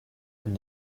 and